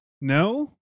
no